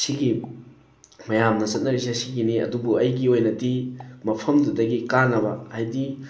ꯁꯤꯒꯤ ꯃꯌꯥꯝꯅ ꯆꯠꯅꯔꯤꯁꯦ ꯁꯤꯒꯤꯅꯤ ꯑꯗꯨꯕꯨ ꯑꯩꯒꯤ ꯑꯣꯏꯅꯗꯤ ꯃꯐꯝꯗꯨꯗꯒꯤ ꯀꯥꯅꯕ ꯍꯥꯏꯗꯤ